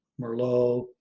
Merlot